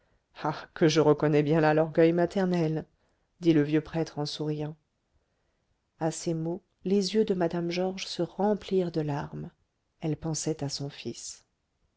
que je reconnais bien là l'orgueil maternel dit le vieux prêtre en souriant à ces mots les yeux de mme georges se remplirent de larmes elle pensait à son fils